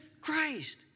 Christ